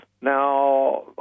Now